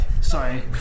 sorry